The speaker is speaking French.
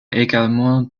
également